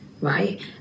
right